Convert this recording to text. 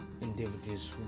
individuals